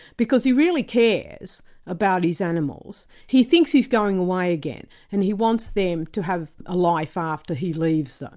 because he really cares about his animals, he thinks he's going away again, and he wants them to have a life after he leaves them.